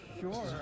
Sure